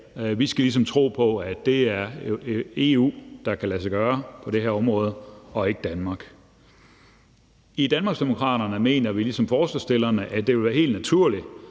Vi skal ligesom tro på, at det er i EU, det kan lade sig gøre på det her område, og ikke Danmark. I Danmarksdemokraterne mener vi ligesom forslagsstillerne, at det vil være helt naturligt,